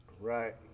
Right